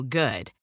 good